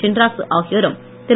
சின்ராசு ஆகியோரும் திரு